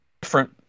different